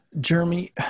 Jeremy